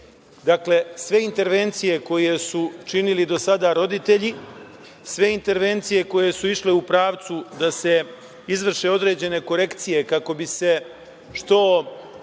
odnosi. Dakle, sve intervencije koje su činili do sada roditelji, sve intervencije koje su išle u pravcu da se izvrše određene korekcije kako bi se što